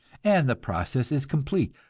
and the process is complete.